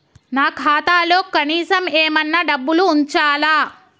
నా ఖాతాలో కనీసం ఏమన్నా డబ్బులు ఉంచాలా?